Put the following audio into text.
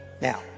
Now